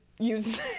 Use